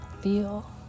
feel